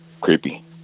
creepy